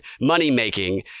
money-making